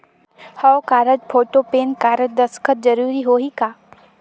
हव card, photo, PAN card, दस्खत जरूरी होही का?